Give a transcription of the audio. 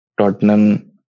Tottenham